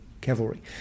cavalry